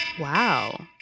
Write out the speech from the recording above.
Wow